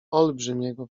olbrzymiego